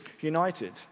united